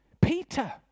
Peter